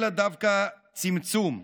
אלא דווקא צמצום.